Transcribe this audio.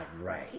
right